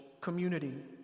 community